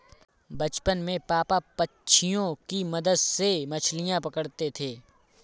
बचपन में पापा पंछियों के मदद से मछलियां पकड़ते थे